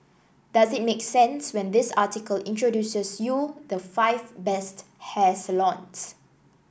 does it make sense when this article introduces you the five best hair salons